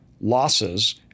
losses